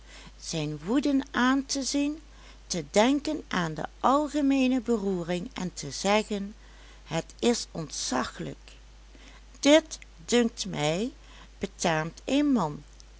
zijn woeden aan te zien te denken aan de algemeene beroering en te zeggen het is ontzaglijk dit dunkt mij betaamt een man